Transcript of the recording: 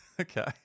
Okay